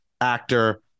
actor